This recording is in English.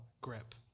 grip